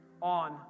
on